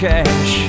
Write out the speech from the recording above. Cash